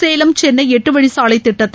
சேலம் சென்னை எட்டு வழிச் சாலை திட்டத்தை